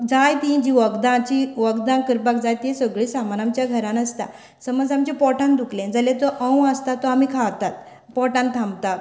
जाय तीं जीं वखदां जी वखदां करपाक जाय तीं सगळी सामान आमच्या घरांत आसता समज आमच्या पोटान दुखलें जाल्यार तो ओंव आसता तो आमी खातात पोटांत थांबता